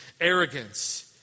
arrogance